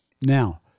Now